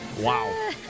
Wow